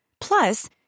Plus